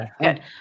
good